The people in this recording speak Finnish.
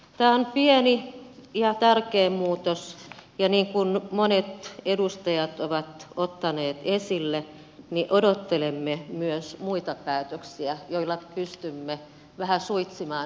tämä on pieni ja tärkeä muutos ja niin kuin monet edustajat ovat ottaneet esille odottelemme myös muita päätöksiä joilla pystymme vähän suitsimaan harmaata taloutta